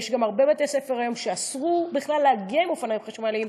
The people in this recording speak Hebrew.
הרבה בתי-ספר היום אוסרים בכלל להגיע עם אופניים חשמליים,